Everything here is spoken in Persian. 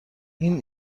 این